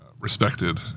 Respected